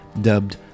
dubbed